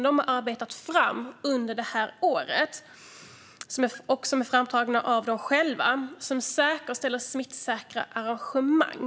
De är framtagna av idrotten själv under det här året och säkerställer smittsäkra arrangemang.